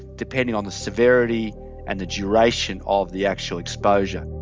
depending on the severity and the duration of the actual exposure.